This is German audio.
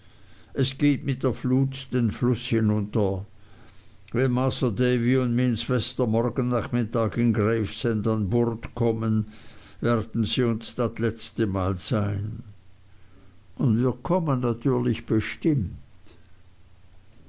es geht mit der flut den fluß hinunter wenn masr davy un mien swester morgen nachmiddag in gravesend an burd kamen warden sei uns dat letzte mal seihn und wir kommen natürlich bestimmt